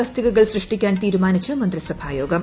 തസ്തികകൾ സൃഷ്ടിക്കാൻ തീരുമാനിച്ച് മന്ത്രിസഭാ യോഗം